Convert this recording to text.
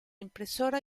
impresora